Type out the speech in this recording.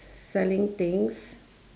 selling things